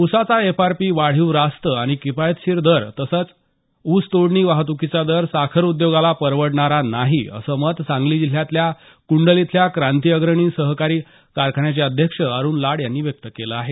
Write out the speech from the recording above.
ऊसाचा एफआरपी वाढीव रास्त आणि किफायतशीर दर आणि तसंच ऊस तोडणी वाहतुकीचा दर साखर उद्योगाला परवडणारा नाही अस मत सागली जिल्ह्यातल्या कुंडल इथल्या क्रांतीअग्रणी सहकारी कारखाण्याचे अध्यक्ष अरुण लाड यांनी व्यक्त केलं आहे